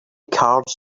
cards